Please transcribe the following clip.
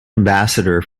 ambassador